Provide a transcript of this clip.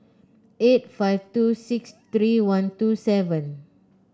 eight five two six three one two seven